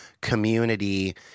community